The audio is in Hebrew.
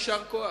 יישר כוח.